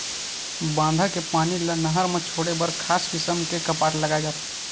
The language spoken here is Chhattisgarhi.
बांधा के पानी ल नहर म छोड़े बर खास किसम के कपाट लगाए जाथे